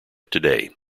today